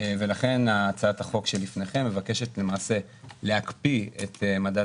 ולכן הצעת החוק שלפניכם מבקשת למעשה להקפיא את מדד